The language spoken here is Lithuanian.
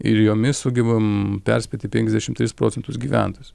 ir jomis sugebam perspėti penkiasdešimt tris procentus gyventojus